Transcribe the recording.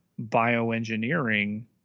bioengineering